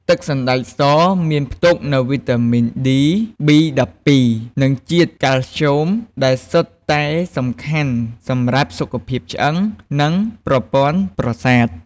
ទឹកសណ្តែកសមានផ្ទុកនូវវីតាមីន D, B12 និងជាតិកាល់ស្យូម ដែលសុទ្ធតែសំខាន់សម្រាប់សុខភាពឆ្អឹង និងប្រព័ន្ធប្រសាទ។